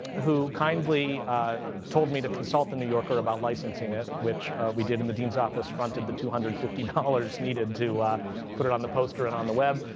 who kindly told me to consult the new yorker about licensing it, which we did in the dean's office. fronted the two hundred and fifty dollars needed to put it on the poster and on the web.